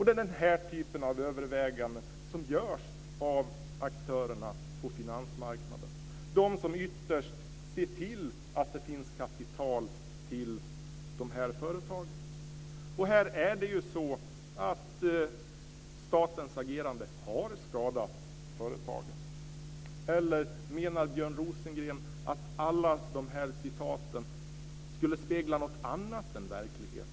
Det är den här typen av överväganden som görs av aktörerna på finansmarknaden - de som ytterst ser till att det finns kapital till de här företagen. Här har statens agerande skadat företagen. Eller menar Björn Rosengren att alla de här citaten skulle spegla något annat än verkligheten?